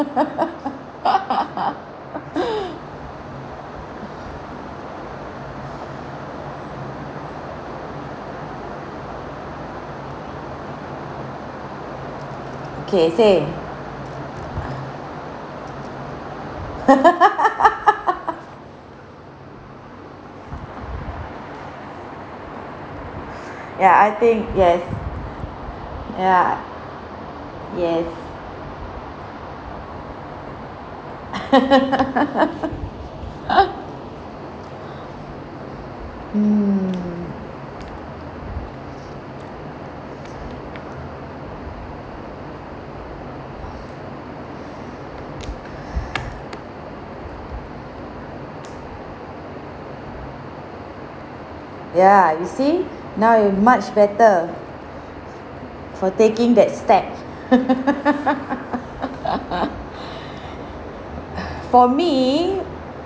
okay say ya I think yes ya yes mm ya you see now is much better for taking that steps for me